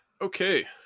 Okay